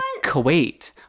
Kuwait